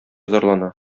зарлана